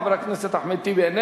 חבר הכנסת אחמד טיבי, איננו,